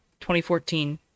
2014